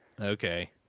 Okay